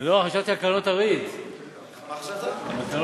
עד כמה אני סקרן להבין על מה החוק הזה.